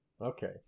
okay